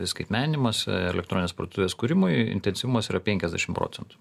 skaitmeninimas elektroninės parduotuvės kūrimui intensyvumas yra penkiasdešimt procentų